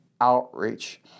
outreach